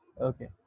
Okay